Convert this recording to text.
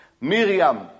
Miriam